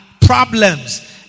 problems